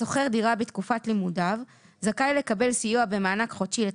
סעיף 9ד הוא סיוע בשכר דירה לנכה לומד.